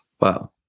Wow